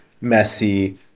messy